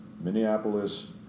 Minneapolis